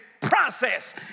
process